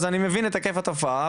אז אני מבין את היקף התופעה,